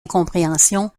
incompréhension